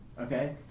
okay